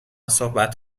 صحبت